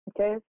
Okay